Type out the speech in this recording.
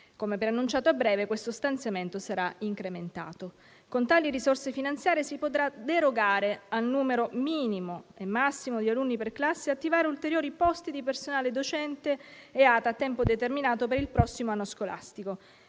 Come preannunciato, a breve questo stanziamento sarà incrementato. Con tali risorse finanziarie si potrà derogare al numero minimo e massimo di alunni per classe e attivare ulteriori posti di personale docente e ATA a tempo determinato per il prossimo anno scolastico.